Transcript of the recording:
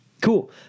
Cool